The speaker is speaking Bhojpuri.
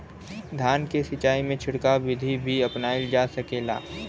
धान के सिचाई में छिड़काव बिधि भी अपनाइल जा सकेला?